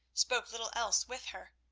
spoke little else with her,